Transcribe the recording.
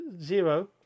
Zero